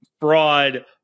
fraud